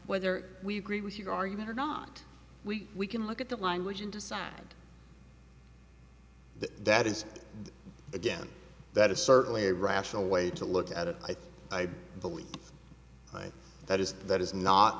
whether we agree with your argument or not we can look at the language and decide that is again that is certainly a rational way to look at it i think i believe that is that is not